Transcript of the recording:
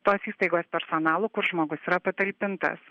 tos įstaigos personalu kur žmogus yra patalpintas